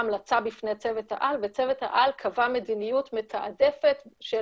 המלצה בפני צוות העל וצוות העל קבע מדיניות מתעדפת של